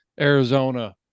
Arizona